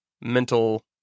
mental